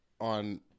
on